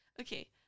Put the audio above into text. Okay